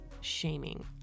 shaming